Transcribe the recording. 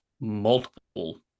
multiple